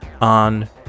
on